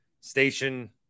station